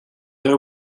her